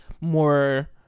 more